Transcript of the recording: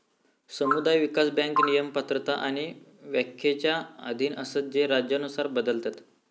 समुदाय विकास बँक नियम, पात्रता आणि व्याख्येच्या अधीन असतत जे राज्यानुसार बदलतत